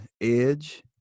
edge